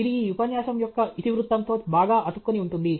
ఇది ఈ ఉపన్యాసం యొక్క ఇతివృత్తంతో బాగా అతుక్కొని ఉంటుంది